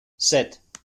set